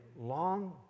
long